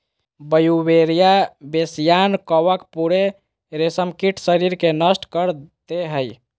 Beauveria bassiana कवक पूरे रेशमकीट शरीर के नष्ट कर दे हइ